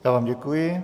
Já vám děkuji.